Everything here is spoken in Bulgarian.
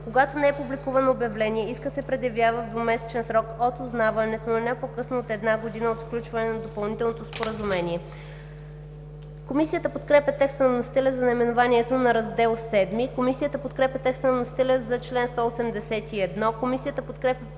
Когато не е публикувано обявление, искът се предявява в двумесечен срок от узнаването, но не по-късно от една година от сключване на допълнителното споразумение.“ Комисията подкрепя текста на вносителя за наименованието на Раздел VII. Комисията подкрепя текста на вносителя за чл. 181. Комисията подкрепя